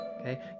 Okay